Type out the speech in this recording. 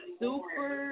super